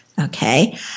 okay